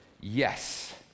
yes